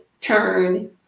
turn